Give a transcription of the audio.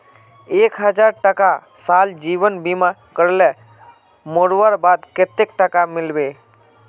एक हजार टका साल जीवन बीमा करले मोरवार बाद कतेक टका मिलबे?